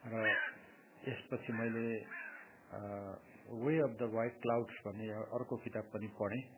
र यसपछि मैले way of the white clouds भन्ने अर्को किताब पनि पढेँ